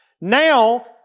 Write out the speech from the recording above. Now